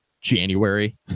January